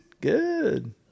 Good